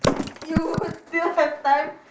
you still have time